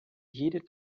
jede